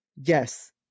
Yes